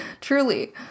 Truly